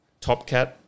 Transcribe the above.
Topcat